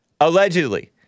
Allegedly